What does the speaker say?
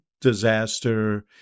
disaster